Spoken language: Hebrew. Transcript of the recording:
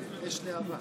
אמן.